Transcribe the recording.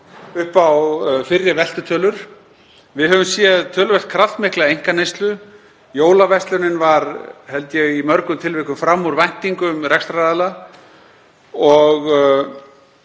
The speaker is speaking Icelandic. upp á fyrri veltutölur. Við höfum séð töluvert kraftmikla einkaneyslu. Jólaverslunin var, held ég, í mörgum tilvikum fram úr væntingum rekstraraðila og